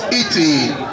eating